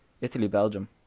Italy-Belgium